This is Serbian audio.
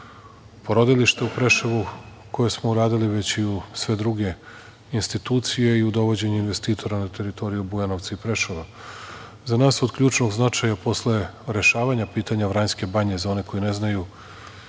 u porodilište u Preševu, koje smo uradili, već i u sve druge institucije i u dovođenje investitora na teritoriju Bujanovca i Preševa.Za nas je od ključnog značaja posle rešavanja pitanja Vranjske banje, za one koji ne znaju,